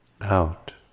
out